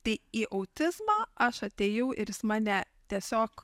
tai į autizmą aš atėjau ir jis mane tiesiog